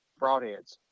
broadheads